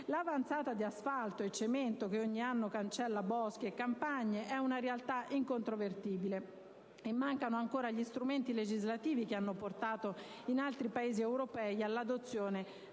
L'avanzata di asfalto e cemento, che ogni anno cancella boschi e campagne, è una realtà incontrovertibile. Mancano ancora gli strumenti legislativi che hanno portato altri Paesi europei all'adozione